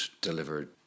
delivered